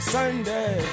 Sunday